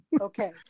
Okay